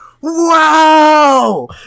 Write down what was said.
Wow